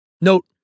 Note